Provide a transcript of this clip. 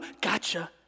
gotcha